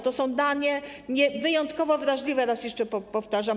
To są dane wyjątkowo wrażliwe, raz jeszcze powtarzam.